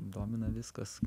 domina viskas